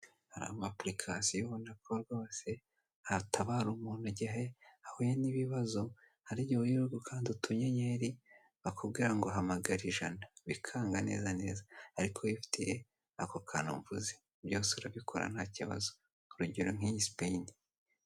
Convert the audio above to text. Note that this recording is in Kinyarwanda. Hari ama apurikasiyo rwose ubona atabara igihe ahuye n'ibibazo, hari igihe iyo uri gukanda utunyenyeri bakubwira ngo hamagara ijana, bikanga neza neza, ariko iyo wifitiye ako kantu mvuze byose urabikora nta kibazo, urugero nk'iyi sipeyindi.